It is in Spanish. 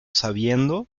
sabiendo